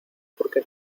porque